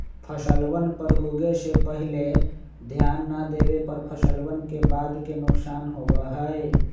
फसलवन पर उगे से पहले ध्यान ना देवे पर फसलवन के बाद के नुकसान होबा हई